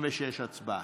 66, הצבעה.